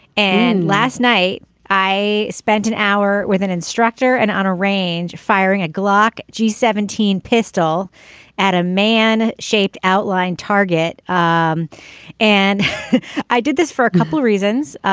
and last night i spent an hour with an instructor and on a range firing a glock seventeen pistol at a man shaped outline target. um and i did this for a couple reasons.